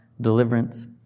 deliverance